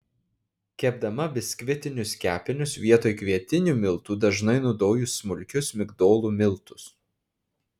kepdama biskvitinius kepinius vietoj kvietinių miltų dažnai naudoju smulkius migdolų miltus